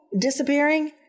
disappearing